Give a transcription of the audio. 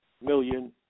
million